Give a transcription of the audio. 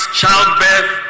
childbirth